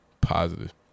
positive